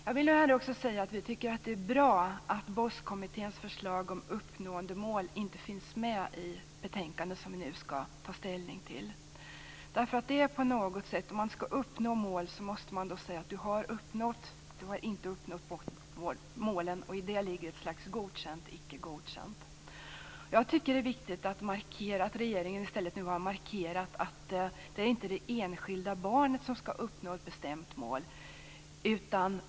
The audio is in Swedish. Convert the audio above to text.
Jag vill här också säga att vi tycker att det är bra att BOSK-kommitténs förslag om uppnåendemål inte finns med i det betänkande som vi nu skall ta ställning till. Om man skall uppnå mål måste man säga: Du har uppnått och du har inte uppnått målen. I det ligger ett slags godkänt/icke godkänt. Jag tycker att det är viktigt att markera att regeringen i stället har poängterat att det inte är det enskilda barnet som skall uppnå ett bestämt mål.